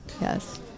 Yes